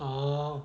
oh